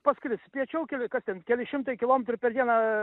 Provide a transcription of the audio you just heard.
paskris piečiau keli kas ten keli šimtai kilomtrų per dieną